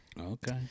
Okay